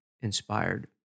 inspired